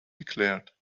declared